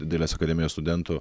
dailės akademijos studentų